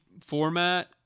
format